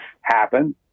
happen